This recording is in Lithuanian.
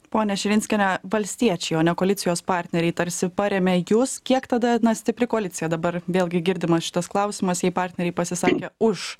ponia širinskiene valstiečiai o ne koalicijos partneriai tarsi parėmė jus kiek tada na stipri koalicija dabar vėlgi girdimas šitas klausimas jei partneriai pasisakė už